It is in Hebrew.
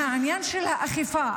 והעניין של האכיפה,